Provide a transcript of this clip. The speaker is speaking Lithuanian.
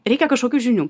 reikia kažkokių žinių